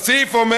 והסעיף אומר,